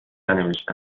ننوشته